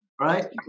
right